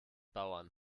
bauern